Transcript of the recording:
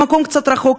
במקום קצת רחוק,